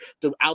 throughout